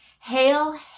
Hail